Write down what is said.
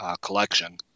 collection